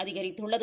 அதிகரித்துள்ளது